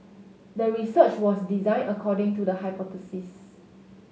the research was designed according to the hypothesis